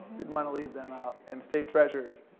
didn't wanna leave them out, and state treasurers.